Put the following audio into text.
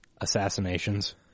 Assassinations